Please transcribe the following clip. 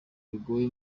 bigoye